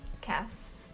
cast